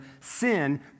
sin